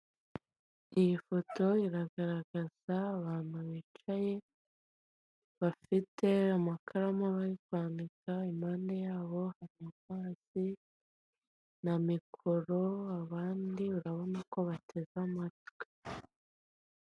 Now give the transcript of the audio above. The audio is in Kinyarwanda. Iyi foto iragaragaza abantu bicaye bafite amakaramu bari kwandika, impande yabo hari amazi na mikoro abandi urabona ko bateze amatwi.